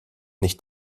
nicht